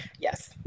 Yes